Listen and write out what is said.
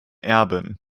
erben